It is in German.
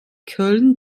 köln